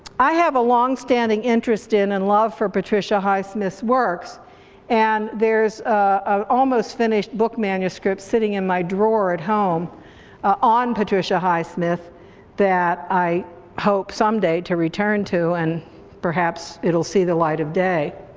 i have a longstanding interest in and love for patricia highsmith's works and there's a almost finished book manuscript sitting in my drawer at home on patricia highsmith that i hope someday to return to and perhaps it'll see the light of day.